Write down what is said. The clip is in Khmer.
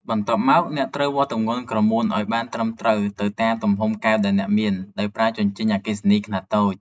បន្ទាប់មក អ្នកត្រូវវាស់ទម្ងន់ក្រមួនឱ្យបានត្រឹមត្រូវទៅតាមទំហំកែវដែលអ្នកមាន ដោយប្រើជញ្ជីងអគ្គិសនីខ្នាតតូច។